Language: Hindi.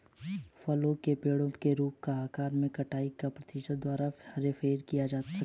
फलों के पेड़ों के रूप या आकार में छंटाई और प्रशिक्षण द्वारा हेरफेर किया जा सकता है